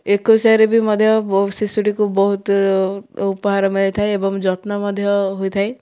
ଏକୋଇଶିଆରେ ବି ମଧ୍ୟ ଶିଶୁଟିକୁ ବହୁତ ଉପହାର ମିଳିଥାଏ ଏବଂ ଯତ୍ନ ମଧ୍ୟ ହୋଇଥାଏ